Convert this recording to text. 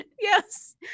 Yes